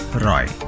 Roy